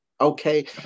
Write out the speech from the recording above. Okay